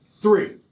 Three